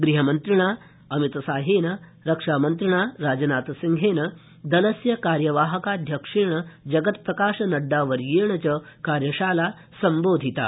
गृहमन्त्रिणा अमितशाहेन रक्षामन्त्रिणा राजनाथसिंहन दलस्य कार्यवाहकाध्यक्षेण जगत प्रकाश नड्डा वर्येण च कार्यशाला सम्बोधिता